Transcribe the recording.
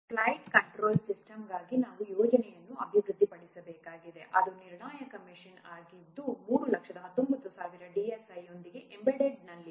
flight control ಸಿಸ್ಟಮ್ಗಾಗಿ ನಾವು ಯೋಜನೆಯನ್ನು ಅಭಿವೃದ್ಧಿಪಡಿಸಬೇಕಾಗಿದೆ ಅದು ನಿರ್ಣಾಯಕ ಮಿಷನ್ ಆಗಿದ್ದು 319000 DSI ಯೊಂದಿಗೆ ಎಂಬೆಡೆಡ್ ಮೋಡ್ನಲ್ಲಿದೆ